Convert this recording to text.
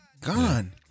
Gone